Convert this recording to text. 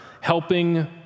helping